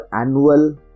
annual